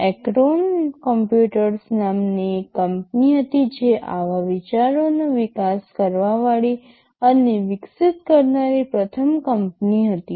Acorn computers નામની એક કંપની હતી જે આવા વિચારોનો વિકાસ કરવા વાળી અને વિકસિત કરનારી પ્રથમ કંપની હતી